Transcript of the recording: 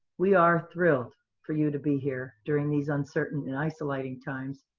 we are thrilled for you to be here during these uncertain and isolating times,